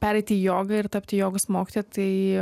pereiti į jogą ir tapti jogos mokytoja tai